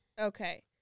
Okay